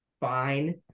fine